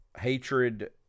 hatred